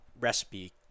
recipe